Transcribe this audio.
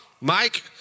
Mike